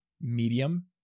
medium